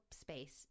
space